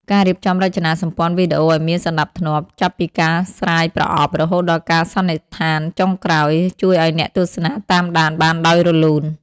ការរៀបចំរចនាសម្ព័ន្ធវីដេអូឱ្យមានសណ្តាប់ធ្នាប់ ចាប់ពីការស្រាយប្រអប់ រហូតដល់ការសន្និដ្ឋានចុងក្រោយ ជួយឱ្យអ្នកទស្សនាតាមដានបានដោយរលូន។